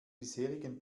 bisherigen